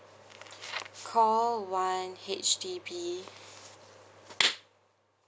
call one H_D_B